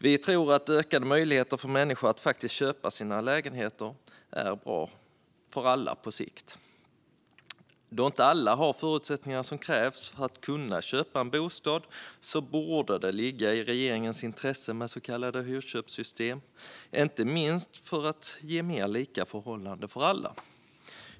Vi tror att ökade möjligheter för människor att faktiskt köpa sina lägenheter är bra för alla på sikt. Då inte alla har de förutsättningar som krävs för att köpa en bostad borde det ligga i regeringens intresse med ett så kallat hyrköpssystem, inte minst för att ge mer lika förhållanden för alla.